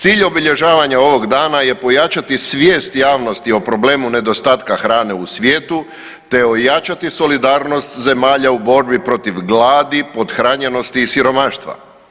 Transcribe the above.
Cilj obilježavanja ovog dana je pojačati svijest javnosti o problemu nedostatku hrane u svijetu te ojačati solidarnost zemalja u borbi protiv gladi, pothranjenosti i siromaštva.